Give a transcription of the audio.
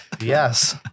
Yes